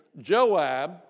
Joab